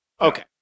Okay